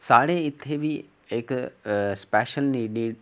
साढ़े इत्थै बी इक्क स्पेशल नीडिड